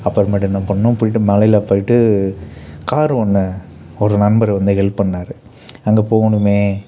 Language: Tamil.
அப்புறமேட்டுக்கு என்ன பண்ணோம் போயிவிட்டு மலையில் போயிவிட்டு காரு ஒன்னை ஒரு நண்பர் வந்து ஹெல்ப் பண்ணார் அங்கே போகணுமே